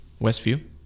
Westview